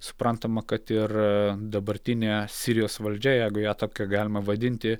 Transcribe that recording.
suprantama kad ir dabartinė sirijos valdžia jeigu ją tokia galima vadinti